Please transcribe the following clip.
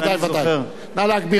נא להגביר את הרמקולים.